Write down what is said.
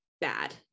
Bad